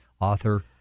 author